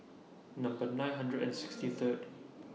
Number nine hundred and sixty Third